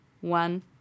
one